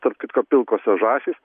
tarp kitko pilkosios žąsys